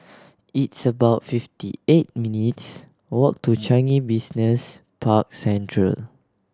it's about fifty eight minutes' walk to Changi Business Park Central